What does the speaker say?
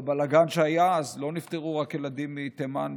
בבלגן שהיה אז לא נפטרו רק ילדים מתימן,